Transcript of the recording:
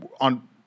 on